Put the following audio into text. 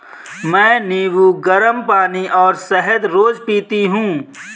मैं नींबू, गरम पानी और शहद रोज पीती हूँ